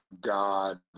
God